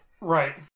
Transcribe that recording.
Right